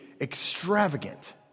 extravagant